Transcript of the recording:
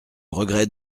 regret